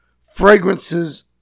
fragrances